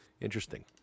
interesting